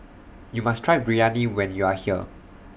YOU must Try Biryani when YOU Are here